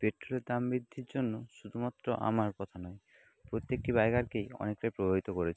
পেট্রোলের দাম বৃদ্ধির জন্য শুধুমাত্র আমার কথা নয় প্রত্যেকটি বাইকারকেই অনেকটাই প্রভাবিত করেছে